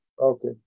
okay